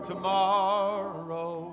Tomorrow